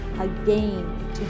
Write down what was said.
again